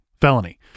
felony